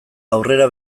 aurrera